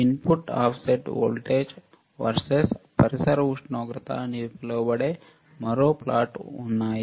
input offset voltage versus పరిసర ఉష్ణోగ్రత అని పిలువబడే మరో ప్లాట్లు ఉన్నాయి